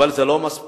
אבל זה לא מספיק.